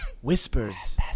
whispers